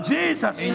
Jesus